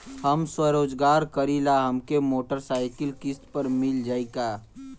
हम स्वरोजगार करीला हमके मोटर साईकिल किस्त पर मिल जाई का?